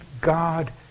God